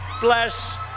bless